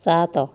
ସାତ